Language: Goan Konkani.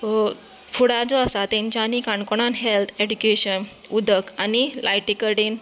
फुडा जो तेच्यांनी काणकोणांत हेल्थ ऐडुकेशन उदक आनी लायटी कडेन